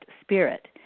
spirit